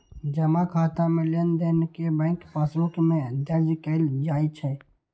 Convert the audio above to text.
जमा खाता मे लेनदेन कें बैंक पासबुक मे दर्ज कैल जाइ छै